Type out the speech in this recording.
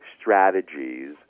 strategies